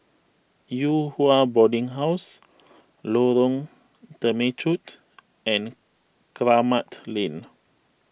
Yew Hua Boarding House Lorong Temechut and Kramat Lane